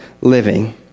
living